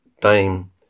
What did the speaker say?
time